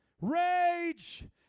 rage